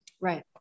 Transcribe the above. right